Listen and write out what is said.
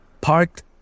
parked